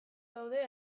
daude